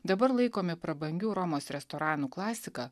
dabar laikomi prabangių romos restoranų klasika